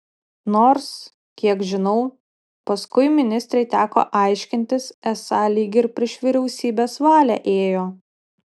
nors kiek žinau paskui ministrei teko aiškintis esą lyg ir prieš vyriausybės valią ėjo